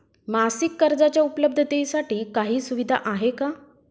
मासिक कर्जाच्या उपलब्धतेसाठी काही सुविधा आहे का?